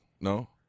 no